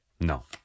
No